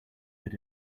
that